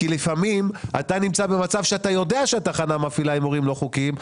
כי לפעמים אתה נמצא במצב שאתה יודע שהתחנה מפעילה הימורים לא חוקיים,